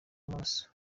amaso